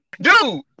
Dude